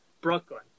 Brooklyn